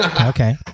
Okay